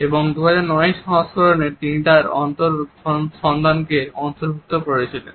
এবং 2009 সংস্করণে তিনি তার অনুসন্ধানগুলিকে অন্তর্ভুক্ত করেছিলেন